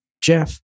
Jeff